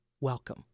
Welcome